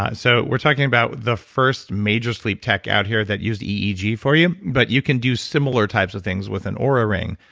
ah so, we're talking about the first major sleep tech out here that used eeg for you, but you can do similar types of things with an oura ring,